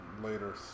later